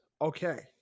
Okay